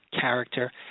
character